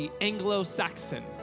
Anglo-Saxon